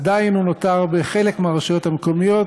עדיין הוא נותר בחלק מהרשויות המקומיות,